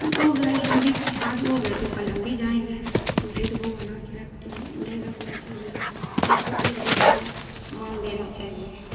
वह गए हम भी आज वह गए तो कल हम भी जाएँगे तो भेदभाव बनाकर रखते हैं नहीं रखना चाहिए सबको एक जैसा मान देना चाहिए